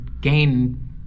gain